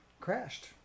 crashed